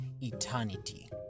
eternity